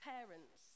Parents